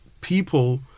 people